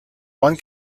one